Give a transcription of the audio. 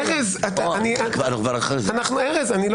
ארז, אנחנו לא